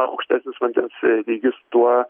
aukštesnis vandens lygis tuo